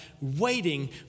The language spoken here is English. waiting